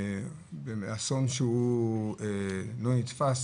ואסון שהוא לא נתפס,